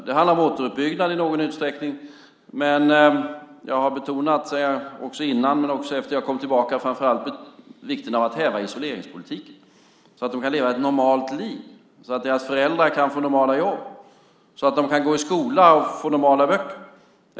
Det handlar om återuppbyggnad i någon utsträckning, men jag har också framför allt betonat - både före och efter min resa - vikten av att häva isoleringspolitiken, så att man kan leva ett normalt liv, så att barnens föräldrar kan få normala jobb och så att barnen kan få gå i skola och få normala böcker.